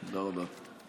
תודה רבה.